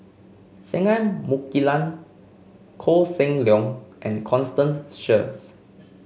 Singai Mukilan Koh Seng Leong and Constance Sheares